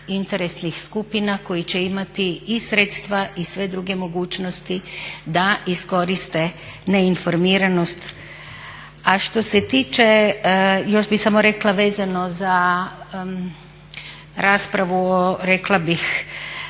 interesnih skupina koji će imati i sredstva i sve druge mogućnosti da iskoriste neinformiranost. A što se tiče, još bih samo rekla vezano za raspravu o rekla bih